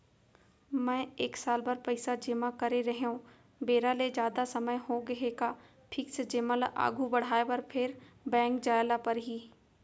मैं एक साल बर पइसा जेमा करे रहेंव, बेरा ले जादा समय होगे हे का फिक्स जेमा ल आगू बढ़ाये बर फेर बैंक जाय ल परहि?